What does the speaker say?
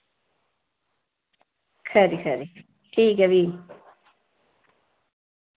खरी खरी ठीक ऐ फ्ही